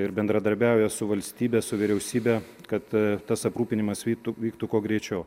ir bendradarbiauja su valstybe su vyriausybe kad tas aprūpinimas vyktų vyktų kuo greičiau